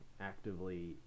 actively